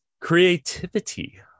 creativity